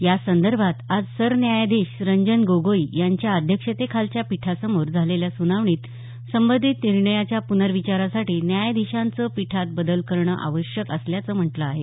यासंदर्भात आज सरन्यायाधीश रंजन गोगोई यांच्या अध्यक्षतेखालच्या पीठासमोर झालेल्या सुनावणीत संबंधित निर्णयाच्या प्नर्विचारासाठी न्यायाधीशांचं पीठात बदल करणं आवश्यक असल्याचं म्हटलं आहे